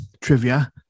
trivia